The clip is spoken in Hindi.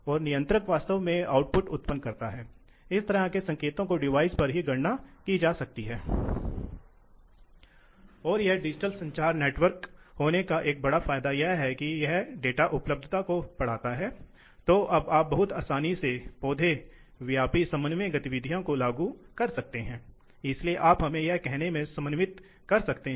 इसलिए पंखा वास्तव में एक दबाव विकसित करता है यह आउटलेट है और एक निश्चित प्रवाह भी विकसित करता है और यह तब विकसित होता है जब पंखा एक निश्चित गति से घुमाया जाता है इसलिए जब हमने इस वक्र को प्लॉट किया है